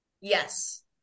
Yes